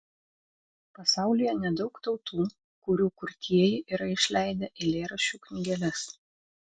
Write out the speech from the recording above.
pasaulyje nedaug tautų kurių kurtieji yra išleidę eilėraščių knygeles